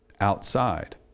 Outside